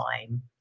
time